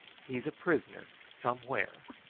he's a prisoner somewhere.